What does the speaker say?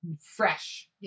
fresh